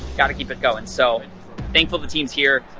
gotta keep it goin' so thankful the team's here.